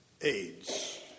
AIDS